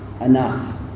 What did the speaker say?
enough